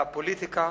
והפוליטיקה,